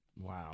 Wow